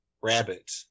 rabbit